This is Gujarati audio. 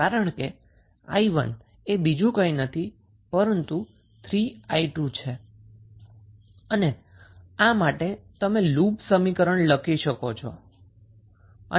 કારણ કે 𝑖1 એ બીજું કંઈ નથી પરંતુ 3𝑖2 છે અને આના માટે તમે લુપ સમીકરણ લખો